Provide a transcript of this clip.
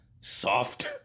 soft